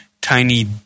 tiny